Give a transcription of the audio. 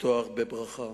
לפתוח בברכה,